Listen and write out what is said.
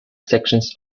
sections